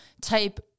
type